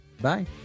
Bye